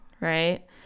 right